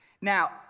Now